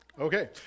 Okay